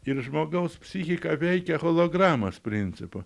ir žmogaus psichika veikia hologramos principu